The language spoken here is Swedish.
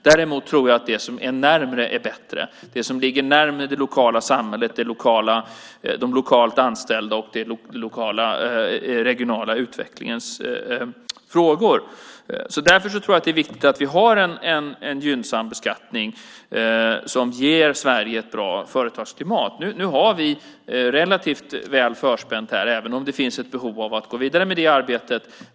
Däremot tror jag att det som är närmare är bättre, det som ligger närmare det lokala samhället, de lokalt anställda och den regionala utvecklingens frågor. Därför tror jag att det är viktigt att vi har en gynnsam beskattning som ger Sverige ett bra företagsklimat. Nu har vi det relativt väl förspänt här, även om det finns ett behov av att gå vidare med det arbetet.